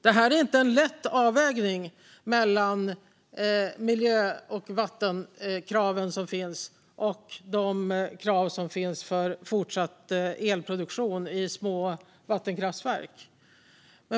Det är ingen lätt avvägning mellan miljö och vattenkraven och de krav som finns när det gäller fortsatt elproduktion i små vattenkraftverk.